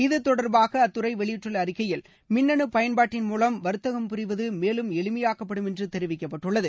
இத்தொடர்பாக அத்துறை வெளியிட்டுள்ள அறிக்கையில் மின்னணு பயன்பாட்டின் மூவம் வாத்தகம் புரிவது மேலும் எளிமையாக்கப்படும் என்று தெரிவிக்கப்பட்டுள்ளது